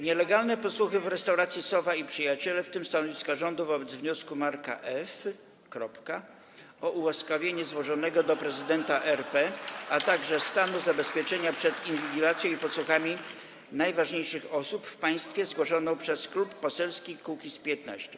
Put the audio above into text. nielegalne podsłuchy w restauracji Sowa i Przyjaciele, w tym stanowiska rządu wobec wniosku Marka F. - kropka [[Wesołość na sali, oklaski]] - o ułaskawienie złożonego do prezydenta RP, a także stanu zabezpieczenia przed inwigilacją i podsłuchami najważniejszych osób w państwie, zgłoszoną przez Klub Poselski Kukiz’15.